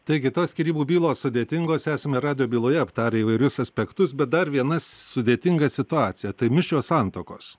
taigi tos skyrybų bylos sudėtingos esame radijo byloje aptarę įvairius aspektus bet dar viena sudėtinga situacija tai mišrios santuokos